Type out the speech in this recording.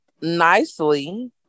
nicely